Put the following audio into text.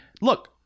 look